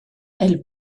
elle